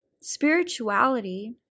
Spirituality